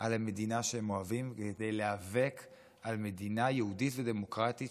על המדינה שהם אוהבים וכדי להיאבק על מדינה יהודית ודמוקרטית,